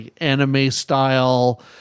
anime-style